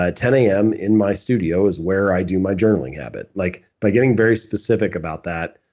ah ten a m. in my studio is where i do my journaling habit, like by getting very specific about that,